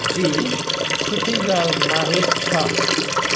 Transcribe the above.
जी सुठी ॻाल्हि न आहे छा